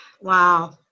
wow